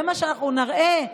זה מה שאנחנו נראה,